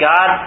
God